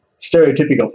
stereotypical